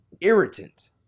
irritant